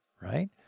right